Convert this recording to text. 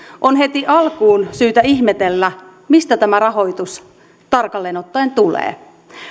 on heti alkuun syytä ihmetellä mistä tämä rahoitus tarkalleen ottaen tulee